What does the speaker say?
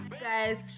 Guys